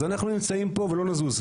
אז אנחנו נמצאים פה ולא נזוז.